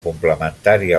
complementària